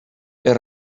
els